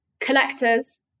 collectors